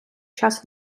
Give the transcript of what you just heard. час